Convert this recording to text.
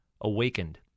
awakened